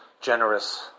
generous